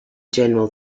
general